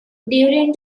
during